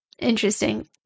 Interesting